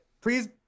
Please